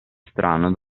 strano